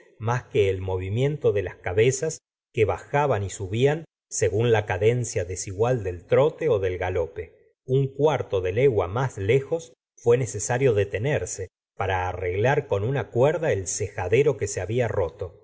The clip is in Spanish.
más que el movimiento de las cabezas que bajaban y subían según la cadencia desigual del trote del galope un cuarto de legua más lejos fué necesario detenerse para arreglar con una cuerda el cejadero que se había roto